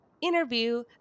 interview